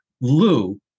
Lou